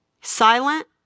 Silent